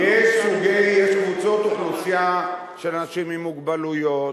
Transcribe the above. יש קבוצות אוכלוסייה של אנשים עם מוגבלויות,